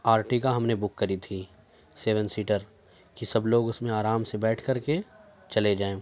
Ertiga ہم نے book کری تھی سیون سیٹر کہ سب لوگ اس میں آرام سے بیٹھ کر کے چلے جائیں